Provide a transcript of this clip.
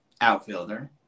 outfielder